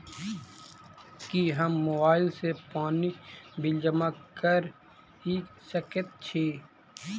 की हम मोबाइल सँ पानि बिल जमा कऽ सकैत छी?